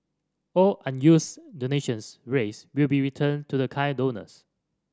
all unused donations raised will be returned to the kind donors